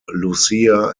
lucia